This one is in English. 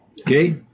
Okay